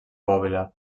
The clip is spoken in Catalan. bòbila